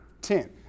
ten